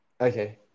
Okay